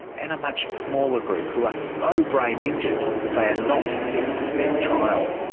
and a much smaller group who are so brain injured that they are not fit to stand trial.